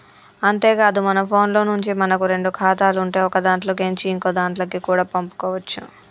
అంతేకాదు మన ఫోన్లో నుంచే మనకు రెండు ఖాతాలు ఉంటే ఒకదాంట్లో కేంచి ఇంకోదాంట్లకి కూడా పంపుకోవచ్చు